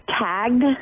Tagged